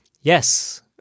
Yes